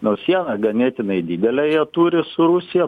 nors sieną ganėtinai didelę jie turi su rusija